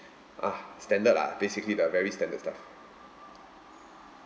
ah standard lah basically the very standard stuff